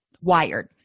wired